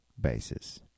basis